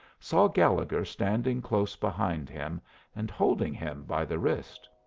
saw gallegher standing close behind him and holding him by the wrist.